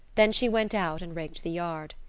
then she went out and raked the yard.